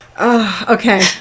okay